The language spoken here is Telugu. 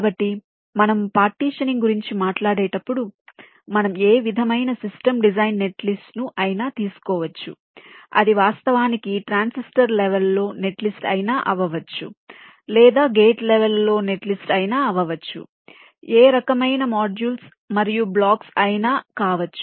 కాబట్టి మనము పార్టిషనింగ్ గురించి మాట్లాడేటప్పుడు మనము ఏ విధమైన సిస్టమ్ డిజైన్ నెట్లిస్ట్ను అయినా తీసుకోవచ్చు అది వాస్తవానికి ట్రాన్సిస్టర్ లెవెల్ లో నెట్లిస్ట్ అయినా అవ్వవచ్చు లేదా గేట్ల లెవెల్ లో నెట్లిస్ట్ అయినా అవ్వవచ్చు ఏ రకమైన మాడ్యూల్స్ మరియు బ్లాక్స్ అయినా కావచ్చు